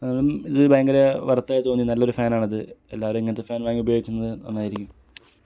ഇത് ഭയങ്കര വെർത്ത് ആയി തോന്നി നല്ലൊരു ഫാനാണിത് എല്ലാവരും ഇങ്ങനത്തെ ഫാൻ വാങ്ങി ഉപയോഗിയ്ക്കുന്നത് നന്നായിരിക്കും